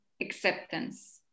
acceptance